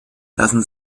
lassen